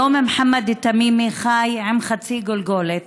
היום מוחמד תמימי חי עם חצי גולגולת,